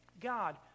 God